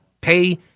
pay